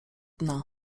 dna